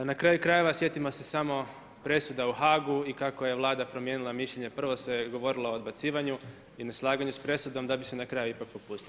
Na kraju krajeva, sjetimo se samo presude u HAG-u i kako je Vlada promijenila mišljenje, prvo se govorilo o odbacivanju i neslaganju s presudom, da bi se na kraju ipak propustilo.